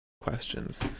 questions